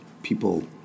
people